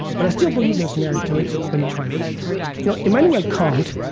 but i still believe there's merit to it. so let me try this you know, immanuel kant,